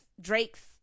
Drake's